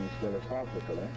philosophically